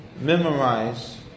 memorize